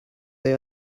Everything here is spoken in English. they